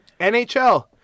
nhl